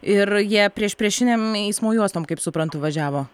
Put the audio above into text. ir jie priešpriešinėm eismo juostom kaip suprantu važiavo